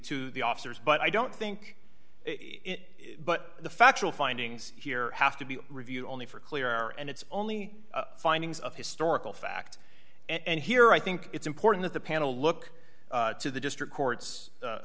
to the officers but i don't think it but the factual findings here have to be reviewed only for clear and it's only findings of historical fact and here i think it's important that the panel look to the district court's